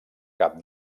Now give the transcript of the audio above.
cap